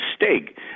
mistake